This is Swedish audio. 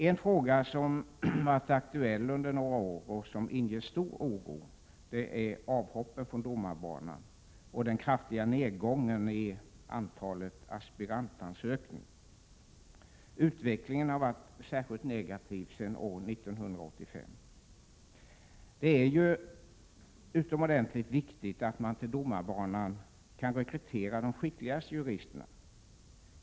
En fråga som varit aktuell under några år och som inger stor oro är avhoppen från domarbanan och den kraftiga nedgången i antalet aspirantansökningar. Utvecklingen har varit särskilt negativ sedan år 1985. Det är utomordentligt viktigt att man till domarbanan kan rekrytera de skickligaste juristerna.